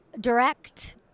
direct